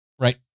right